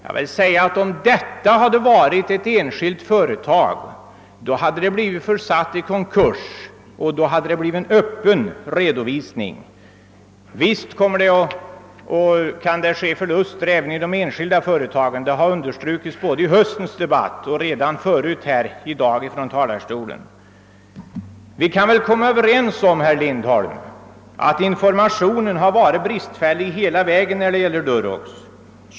Jag vill säga, att om detta hade varit ett enskilt företag, så hade det blivit försatt i konkurs, och då hade det blivit en öppen redovisning. Visst kan det ske förluster även i enskilda företag — det har understrukits både i höstens debatt och redan förut här i dag från talarstolen. Vi kan väl komma överens om, herr Lindholm, att informationen har varit bristfällig hela tiden i fråga om Durox.